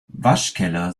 waschkeller